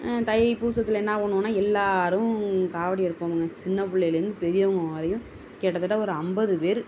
தைப்பூசத்தில் என்ன பண்ணுவோம்னா எல்லோரும் காவடி எடுப்போமுங்க சின்ன பிள்ளைலேருந்து பெரியவங்க வரையும் கிட்டத்தட்ட ஒரு ஐம்பது பேர்